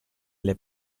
alle